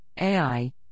AI